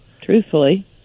truthfully